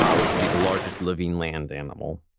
um which would be the largest living land animal,